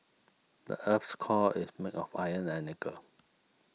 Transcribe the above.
the earth's core is made of iron and nickel